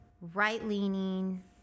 Right-leaning